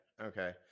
Okay